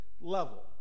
level